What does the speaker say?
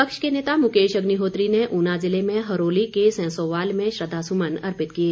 विपक्ष के नेता मुकेश अग्निहोत्री ने ऊना जिले में हरोली के सेंसोवाल में श्रद्वासुमन अर्पित किए